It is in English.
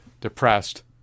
depressed